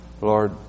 Lord